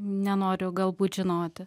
nenoriu galbūt žinoti